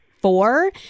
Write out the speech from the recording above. four